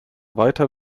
weiter